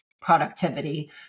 productivity